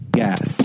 gas